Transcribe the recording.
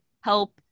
help